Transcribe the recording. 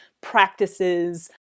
practices